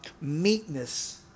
meekness